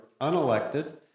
unelected